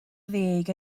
ddeg